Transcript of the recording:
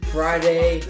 Friday